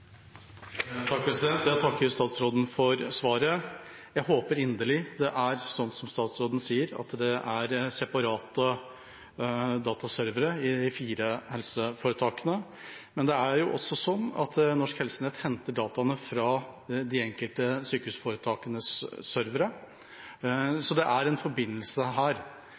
Jeg takker statsråden for svaret. Jeg håper inderlig det er som statsråden sier, at det er separate dataservere i de fire helseforetakene, men det er jo også slik at Norsk Helsenett henter dataene fra de enkelte sykehusforetakenes servere, så det er en forbindelse her.